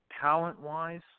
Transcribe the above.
talent-wise